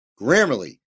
Grammarly